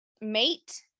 mate